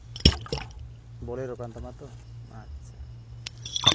ᱵᱳᱞᱮᱨᱳ ᱠᱟᱱ ᱛᱟᱢᱟ ᱛᱚ ᱟᱪᱪᱷᱟ